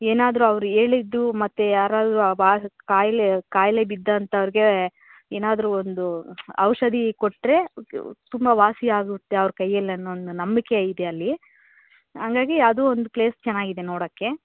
ಏನಾದರು ಅವ್ರು ಹೇಳಿದ್ದು ಮತ್ತೆ ಯಾರಾದರು ಆ ಬಾ ಕಾಯಿಲೆ ಕಾಯಿಲೆ ಬಿದ್ದಂತವ್ರಿಗೆ ಏನಾದರು ಒಂದು ಔಷಧಿ ಕೊಟ್ರೆ ತುಂಬ ವಾಸಿ ಆಗುತ್ತೆ ಅವ್ರ ಕೈಯಲ್ಲಿ ಅನ್ನೋ ಒಂದು ನಂಬಿಕೆ ಇದೆ ಅಲ್ಲಿ ಹಂಗಾಗಿ ಅದು ಒಂದು ಪ್ಲೇಸ್ ಚೆನ್ನಾಗಿದೆ ನೋಡೋಕ್ಕೆ